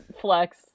flex